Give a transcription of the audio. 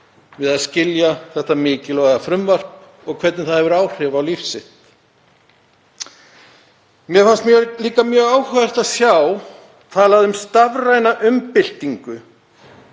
við að skilja þetta mikilvæga frumvarp og hvernig það hefur áhrif á líf hans. Mér fannst líka mjög áhugavert að sjá talað um stafræna umbyltingu